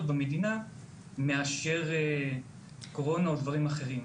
במדינה מאשר קורונה או דברים אחרים.